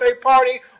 Party